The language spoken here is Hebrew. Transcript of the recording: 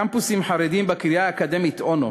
קמפוסים חרדיים, בקריה האקדמית אונו.